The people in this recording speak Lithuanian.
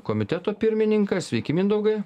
komiteto pirmininkas sveiki mindaugai